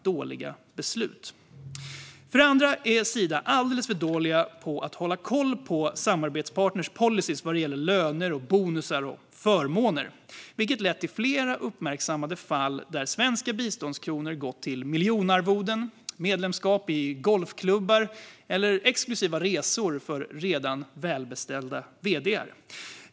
För det andra är Sida alldeles för dåliga på att hålla koll på samarbetspartners policyer vad gäller löner, bonusar och förmåner, vilket lett till flera uppmärksammade fall där svenska biståndskronor gått till miljonarvoden, medlemskap i golfklubbar och exklusiva resor för redan välbeställda vd:ar.